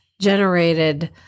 generated